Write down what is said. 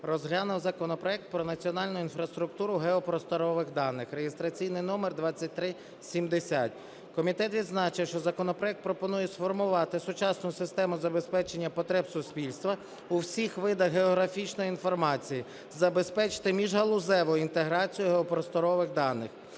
розглянув законопроект про національну інфраструктуру геопросторових даних (реєстраційний номер 2370). Комітет відзначив, що законопроект пропонує сформувати сучасну систему забезпечення потреб суспільства у всіх видах географічної інформації, забезпечити міжгалузеву інтеграцію геопросторових даних.